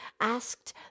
asked